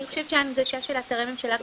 אני חושבת שההנגשה של אתרי ממשלה,